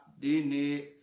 Dini